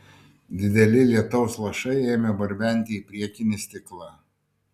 dideli lietaus lašai ėmė barbenti į priekinį stiklą